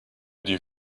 die